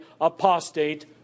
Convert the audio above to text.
apostate